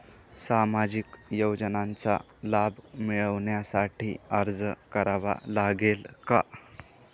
सामाजिक योजनांचा लाभ मिळविण्यासाठी अर्ज करावा लागेल का?